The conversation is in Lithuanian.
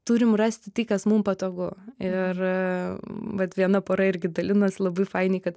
turim rasti tai kas mum patogu ir vat viena pora irgi dalinas labai fainiai kad